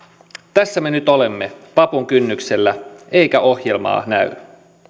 tässä me nyt olemme vapun kynnyksellä eikä ohjelmaa näy